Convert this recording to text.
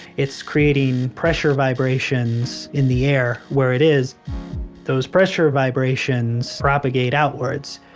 it's creating pressure vibrations in the air where it is those pressure vibrations propagate outwards.